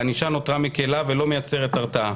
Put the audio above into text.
הענישה נותרה מקילה ולא מייצרת הרתעה.